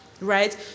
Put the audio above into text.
right